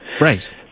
Right